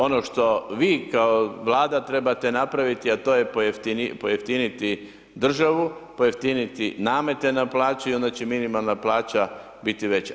Ono što vi kao Vlada trebate napraviti, a to je pojeftiniti državu, pojeftiniti namete na plaći i onda će minimalna plaća biti veća.